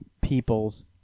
peoples